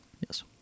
Yes